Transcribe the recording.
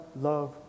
love